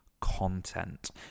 content